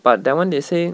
but that one they say